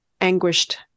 anguished